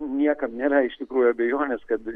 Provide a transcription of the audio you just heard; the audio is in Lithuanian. niekam nėra iš tikrųjų abejonės kad